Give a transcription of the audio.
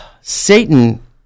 Satan